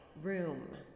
room